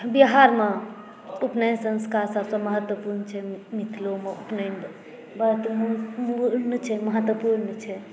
बिहारमे उपनयन संस्कार सभसँ महत्वपूर्ण छै मिथिलोमे उपनयन बड महत्वपूर्ण छै